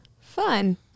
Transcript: Fun